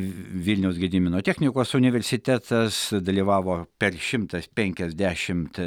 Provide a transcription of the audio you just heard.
vilniaus gedimino technikos universitetas dalyvavo per šimtas penkiasdešimt